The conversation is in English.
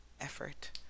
effort